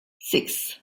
six